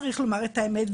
צריך לומר את האמת,